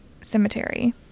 cemetery